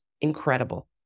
incredible